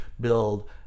build